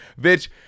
bitch